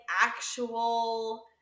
actual